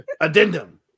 Addendum